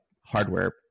hardware